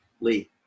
Lee